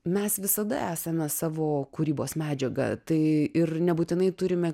mes visada esame savo kūrybos medžiaga tai ir nebūtinai turime